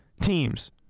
teams